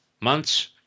months